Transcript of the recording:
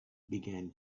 began